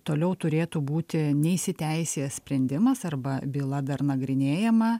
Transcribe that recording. toliau turėtų būti neįsiteisėjęs sprendimas arba byla dar nagrinėjama